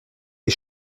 les